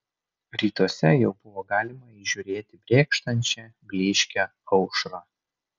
rytuose jau buvo galima įžiūrėti brėkštančią blyškią aušrą